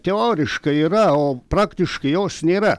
teoriškai yra o praktiškai jos nėra